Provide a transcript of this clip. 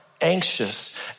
anxious